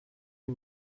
you